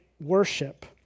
worship